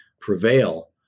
prevail